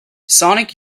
sonic